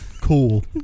Cool